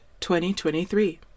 2023